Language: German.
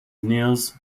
nils